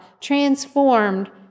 transformed